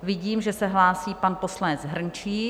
Vidím, že se hlásí pan poslanec Hrnčíř.